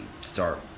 start